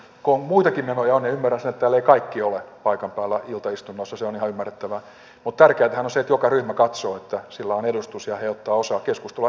kun on muitakin menoja niin ymmärrän sen että täällä eivät kaikki ole paikan päällä iltaistunnossa se on ihan ymmärrettävää mutta tärkeätähän on se että joka ryhmä katsoo että sillä on edustus ja he ottavat osaa keskusteluun ja kertovat ryhmän kannan